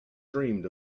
dreamed